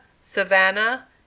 Savannah